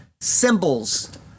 symbols